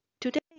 Today